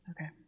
Okay